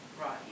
Right